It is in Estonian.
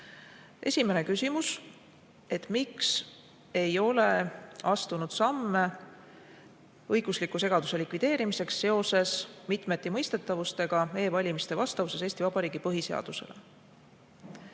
küsimus: miks me ei ole astunud samme õigusliku segaduse likvideerimiseks seoses mitmetimõistetavusega e-valimiste vastavuses Eesti Vabariigi põhiseadusele.